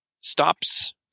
stops